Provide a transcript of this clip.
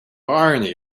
irony